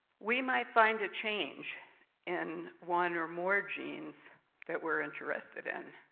we might find a change in one or more genes that we're interested in,